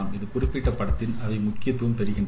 இந்த குறிப்பிட்ட பாடத்தில் அவை முக்கியத்துவம் பெறுகின்றன